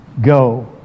go